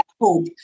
hope